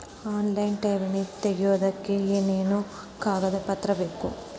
Online ಠೇವಣಿ ತೆಗಿಯೋದಕ್ಕೆ ಏನೇನು ಕಾಗದಪತ್ರ ಬೇಕು?